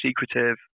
secretive